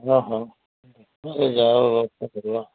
ହଁ ହଁ ଯାହା ବ୍ୟବସ୍ଥା କରିବା